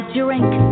drink